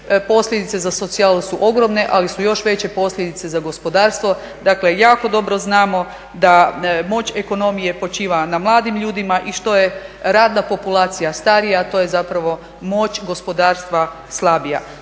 Posljedice za socijalu su ogromne, ali su još veće posljedice za gospodarstvo. Dakle, jako dobro znamo da moć ekonomije počiva na mladim ljudima i što je radna populacija starija to je zapravo moć gospodarstva slabija.